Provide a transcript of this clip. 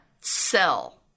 sell